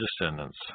descendants